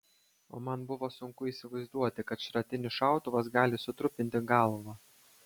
o man buvo sunku įsivaizduoti kad šratinis šautuvas gali sutrupinti galvą